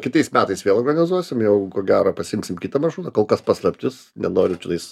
kitais metais vėl organizuosim jau ko gero pasirinksim kitą maršrutą kol kas paslaptis nenoriu tenais